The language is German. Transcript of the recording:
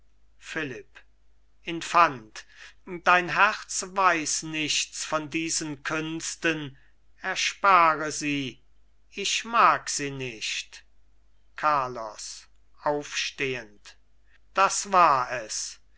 philipp infant dein herz weiß nichts von diesen künsten erspare sie ich mag sie nicht carlos aufstehend das war es